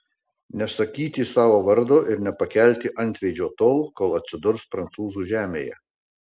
nesakyti savo vardo ir nepakelti antveidžio tol kol atsidurs prancūzų žemėje